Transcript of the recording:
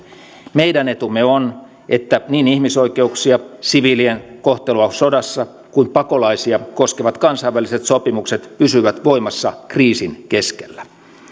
meidän etumme on että niin ihmisoikeuksia siviilien kohtelua sodassa kuin pakolaisia koskevat kansainväliset sopimukset pysyvät voimassa kriisin keskellä